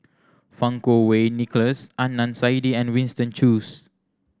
Fang Kuo Wei Nicholas Adnan Saidi and Winston Choos